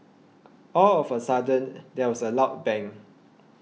all of a sudden there was a loud bang